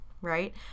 right